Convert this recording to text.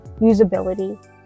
usability